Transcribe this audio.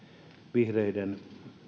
vihreiden